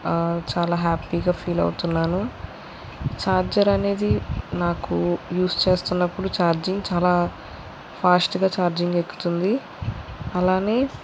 చాలా హ్యాపీగా ఫీల్ అవుతున్నాను చార్జర్ అనేది నాకు యూజ్ చేస్తున్నప్పుడు చార్జింగ్ చాలా ఫాస్ట్గా చార్జింగ్ ఎక్కుతుంది అలానే